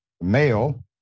male